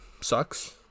sucks